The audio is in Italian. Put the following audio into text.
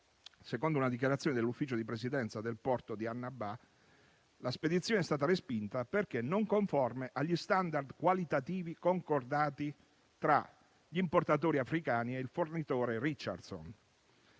Secondo una dichiarazione dell'ufficio di presidenza del porto di Annaba, la spedizione è stata respinta perché non conforme agli *standard* qualitativi concordati tra gli importatori africani e il fornitore Richardson.